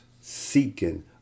seeking